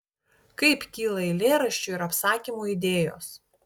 kaip kyla eilėraščių ir apsakymų idėjos